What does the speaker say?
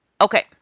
Okay